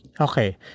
Okay